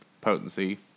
potency